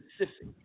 specific